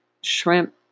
shrimp